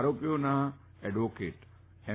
આરોપીઓના advocate એમ